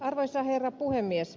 arvoisa herra puhemies